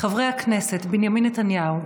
חברי הכנסת בנימין נתניהו,